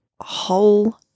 whole